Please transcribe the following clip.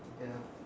ya